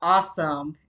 Awesome